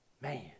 Man